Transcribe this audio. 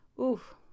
Oof